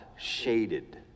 shaded